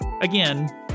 again